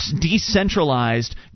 decentralized